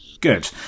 good